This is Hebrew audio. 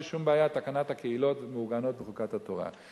שום בעיה תקנת הקהילות מעוגנת בחוקת התורה.